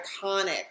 iconic